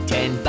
Ten